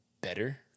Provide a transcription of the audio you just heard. better